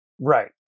right